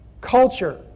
culture